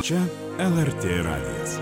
čia lrt radijas